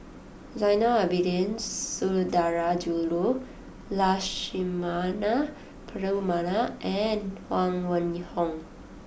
Zainal Abidin Sundarajulu Lakshmana Perumal and Huang Wenhong